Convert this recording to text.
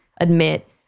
admit